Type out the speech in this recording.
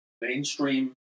mainstream